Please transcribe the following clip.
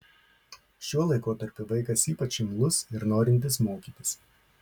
šiuo laikotarpiu vaikas ypač imlus ir norintis mokytis